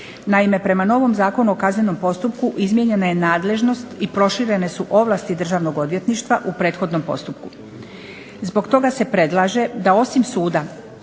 Naime, prema novom Zakonu o kaznenom postupku izmijenjena je nadležnost i proširene su ovlasti Državnog odvjetništva u prethodnom postupku. Zbog toga se predlaže da osim suda